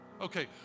Okay